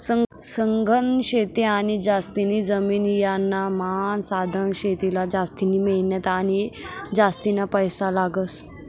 सघन शेती आणि जास्तीनी जमीन यानामान सधन शेतीले जास्तिनी मेहनत आणि जास्तीना पैसा लागस